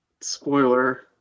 Spoiler